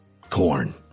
Corn